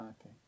okay